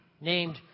named